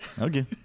Okay